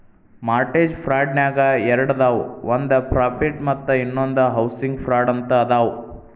mortgage ಫ್ರಾಡ್ನ್ಯಾಗ ಎರಡದಾವ ಒಂದ್ ಪ್ರಾಫಿಟ್ ಮತ್ತ ಇನ್ನೊಂದ್ ಹೌಸಿಂಗ್ ಫ್ರಾಡ್ ಅಂತ ಅದಾವ